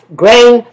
grain